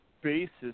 Basis